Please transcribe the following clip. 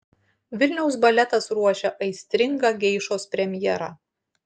vilniaus baletas ruošia aistringą geišos premjerą